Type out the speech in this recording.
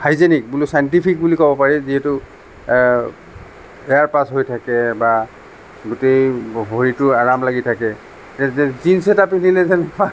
hygienic বোলো scientific বুলি ক'ব পাৰি যিহেতু এয়াৰ পাচ হৈ থাকে বা গোটেই ভৰিটো আৰাম লাগি থাকে জীনছ্ এটা পিন্ধিলে যেন